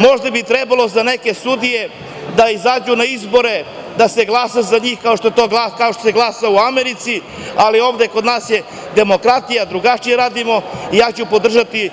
Možda bi trebale neke sudije da izađu na izbore, da se glasa za njih, kao što se glasa u Americi, ali ovde kod nas je demokratija, drugačije radimo i ja ću podržati